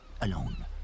alone